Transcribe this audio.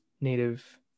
native